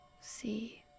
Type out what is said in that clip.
See